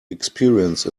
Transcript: experience